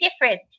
different